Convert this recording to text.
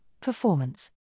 performance